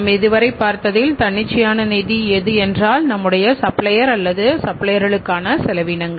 நாம் இதுவரை பார்த்ததில் தன்னிச்சையான நிதி எது என்றால் நம்முடைய சப்ளையர் அல்லது சப்ளையர்களுக்கான செலவினங்கள்